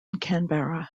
canberra